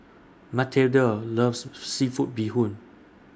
Matilde loves Seafood Bee Hoon